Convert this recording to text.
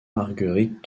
marguerite